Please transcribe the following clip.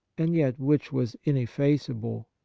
and yet which was ineffaceable.